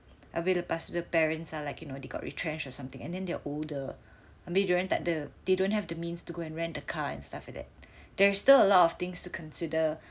habis lepas tu the parents are like you know they got retrenched or something and then they're older habis dorang tak ada they don't have the means to go and rent a car and stuff like that there's still a lot of things to consider